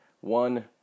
one